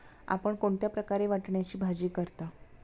आपण कोणत्या प्रकारे वाटाण्याची भाजी करता?